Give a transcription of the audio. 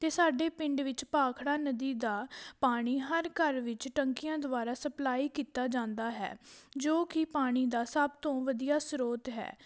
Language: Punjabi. ਅਤੇ ਸਾਡੇ ਪਿੰਡ ਵਿੱਚ ਭਾਖੜਾ ਨਦੀ ਦਾ ਪਾਣੀ ਹਰ ਘਰ ਵਿੱਚ ਟੈਂਕੀਆਂ ਦੁਆਰਾ ਸਪਲਾਈ ਕੀਤਾ ਜਾਂਦਾ ਹੈ ਜੋ ਕਿ ਪਾਣੀ ਦਾ ਸਭ ਤੋਂ ਵਧੀਆ ਸਰੋਤ ਹੈ